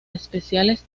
especiales